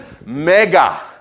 Mega